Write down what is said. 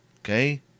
okay